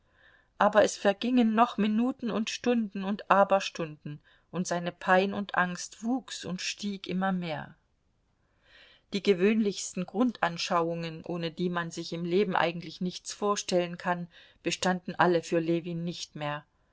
aber es vergingen noch minuten und stunden und aber stunden und seine pein und angst wuchs und stieg immer mehr die gewöhnlichsten grundanschauungen ohne die man sich im leben eigentlich nichts vorstellen kann bestanden alle für ljewin nicht mehr